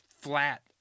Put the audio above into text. flat